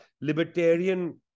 libertarian